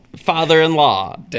father-in-law